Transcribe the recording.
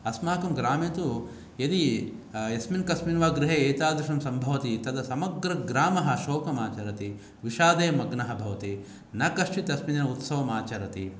अस्माकं ग्रामे तु यदि यस्मिन् कस्मिन् वा गृहे एतादृशं सम्भवति तद् समग्रग्रामः शोकम् आचरति विषादे मग्नः भवति न कश्चित् तस्मिन् उत्सवम् आचरति